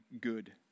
good